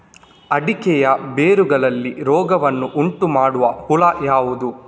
ಅಡಿಕೆಯ ಬೇರುಗಳಲ್ಲಿ ರೋಗವನ್ನು ಉಂಟುಮಾಡುವ ಹುಳು ಯಾವುದು?